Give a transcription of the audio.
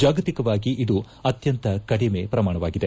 ಜಾಗತಿಕವಾಗಿ ಇದು ಅತ್ಯಂತ ಕಡಿಮೆ ಪ್ರಮಾಣವಾಗಿದೆ